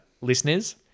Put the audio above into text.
listeners